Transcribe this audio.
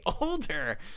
older